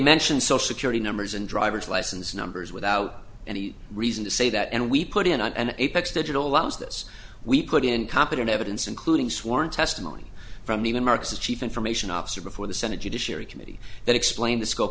mentioned so security numbers and driver's license numbers without any reason to say that and we put in an apex digital allows this we put in competent evidence including sworn testimony from even marcus the chief information officer before the senate judiciary committee that explained the scope